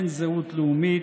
אין זהות לאומית,